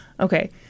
Okay